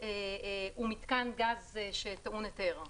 הוא מתקן גז שטעון היתר.